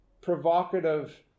provocative